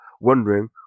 wondering